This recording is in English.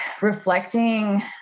reflecting